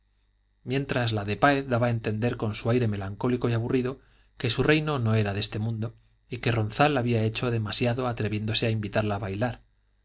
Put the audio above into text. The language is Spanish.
mientras la de páez daba a entender con su aire melancólico y aburrido que su reino no era de este mundo y que ronzal había hecho demasiado atreviéndose a invitarla a bailar